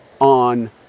on